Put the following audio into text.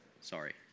Sorry